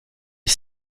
est